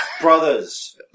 brothers